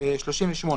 התשי"ט 1959,